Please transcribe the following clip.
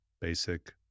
Basic